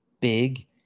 big